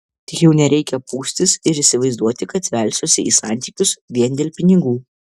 tik jau nereikia pūstis ir įsivaizduoti kad velsiuosi į santykius vien dėl pinigų